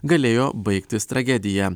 galėjo baigtis tragedija